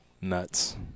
nuts